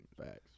facts